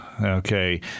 Okay